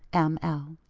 m. l.